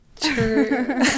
True